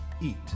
eat